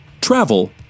travel